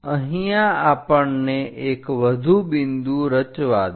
અહીંયા આપણને એક વધુ બિંદુ રચવા દો